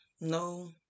no